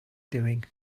doing